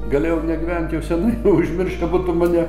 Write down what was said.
galėjau negyvent jau senai jau užmiršta būtų mane